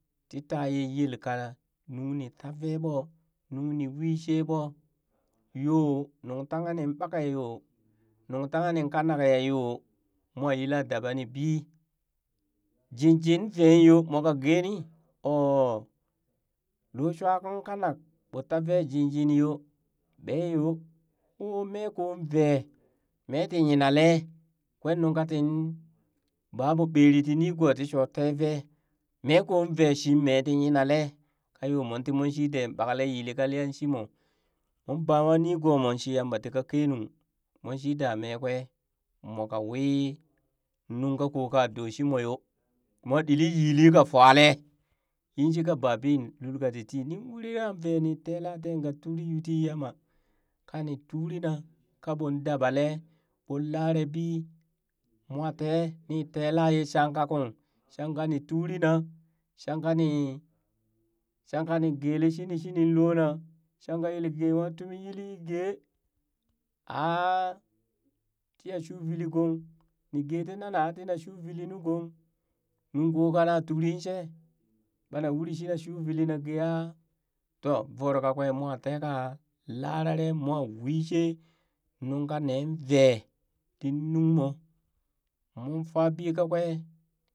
Tii taye yelka nungni ta vee ɓo, nung ni wiishe ɓo yo nungtanghe nin ɓake ya yo, nungtanghe nin kanak ya yo, mwa yila daba ni bii, jinjin veen yo moka geni, ooh lo shua kung kanak, ɓo tavee jinjin yo, ɓee yo, woo mee koon vee, mee tii nyina lee kwee nun ka tin ba ɓoo ɓere tii nigoo tii shoo tee vee, mee koo vee shi mee tii nyina lee ka yoo mon timon shii dee ɓakle yili kaliyan shii moo mon baa nwa nigomo shi yamba ti ka keenung mon shii daa mee kwe mooka wii nuŋ ka koo ka ɗoo shi moo yoo mwa ɗilli yili ka falee yin shika babiin lul ka titii nin uri yan vee ni tela ten kaa turi yuu ti yamma kanin turi naa ka ɓon dabalee ɓon lare bii moo tee nii tela ye shanka kung shanka nii turi na shanka ni shanka ni geelee shishini loona shanka yele ge nywa tumi yili gee aa tiya shuuveli gong nii gee tii nana a tina shuuveli nu gong nunkoo kana turi shee ɓana uri shina shuu velii na gee aa to voro kakwee mwa teka larare moo weeshee nunka nee vee ti nung moo moon fa bii kakwee.